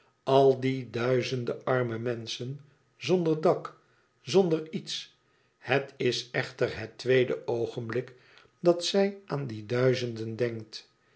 al die duizenden arme menschen zonder dak zonder iets het is echter het tweede oogenblik dat zij aan die duizenden denkt